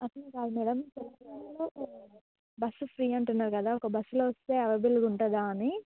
అలా ఏమి కాదు మేడం బస్సు ఫ్రీ అంటున్నారు కదా ఒక బస్లో వస్తే అవైలబుల్గా ఉంటుందా అని